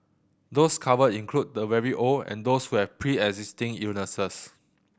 those covered include the very old and those who have preexisting illnesses